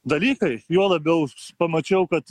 dalykai juo labiau pamačiau kad